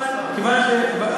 למה צריך עוד זמן?